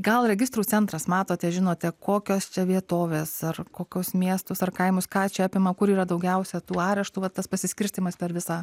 gal registrų centras matote žinote kokios čia vietovės ar kokios miestus ar kaimus ką čia apima kur yra daugiausia tų areštų vat tas pasiskirstymas per visą